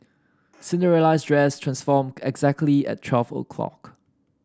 Cinderella's dress transformed exactly at twelve o'lock